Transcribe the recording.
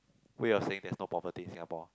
we all saying there is no poverty in Singapore